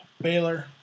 Baylor